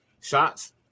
shots